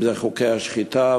אם זה חוקי השחיטה,